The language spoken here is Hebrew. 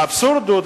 האבסורד הוא,